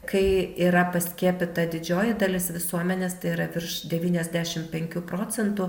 kai yra paskiepyta didžioji dalis visuomenės tai yra virš devyniasdešimt penkių procentų